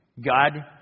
God